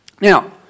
Now